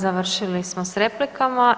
Završili smo s replikama.